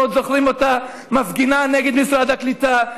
אנחנו עוד זוכרים אותה מפגינה נגד משרד הקליטה,